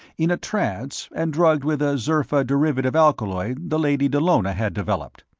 in a trance and drugged with a zerfa derivative alkaloid the lady dallona had developed.